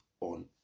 on